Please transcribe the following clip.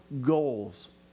goals